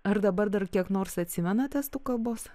ar dabar dar kiek nors atsimenate estų kalbos